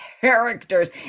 characters